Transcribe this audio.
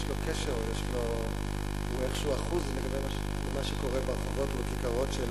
לו קשר או הוא אחוז במה שקורה ברחובות ובכיכרות של ערינו,